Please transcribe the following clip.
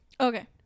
Okay